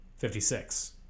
56